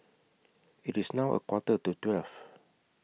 IT IS now A Quarter to twelve